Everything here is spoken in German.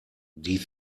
die